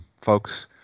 folks